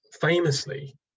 famously